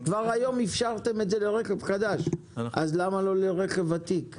כבר היום אפשרתם ברכב חדש, אז למה לא לרכב עתיק?